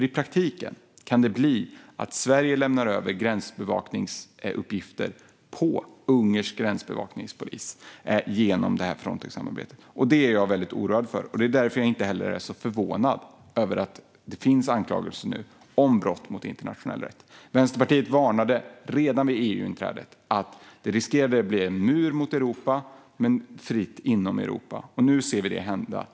I praktiken kan det bli att Sverige lämnar över gränsbevakningsuppgifter på ungersk gränsbevakningspolis genom Frontexsamarbetet. Det är jag väldigt oroad för. Det är därför jag heller inte är så förvånad över att det nu finns anklagelser om brott mot internationell rätt. Vänsterpartiet varnade redan vid EU-inträdet för att det riskerade att bli en mur mot Europa men fritt inom Europa. Nu ser vi det hända.